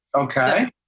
Okay